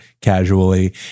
Casually